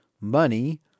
Money